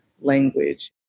language